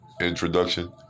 introduction